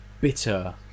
bitter